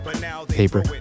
paper